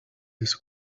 this